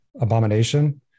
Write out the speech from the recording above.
Abomination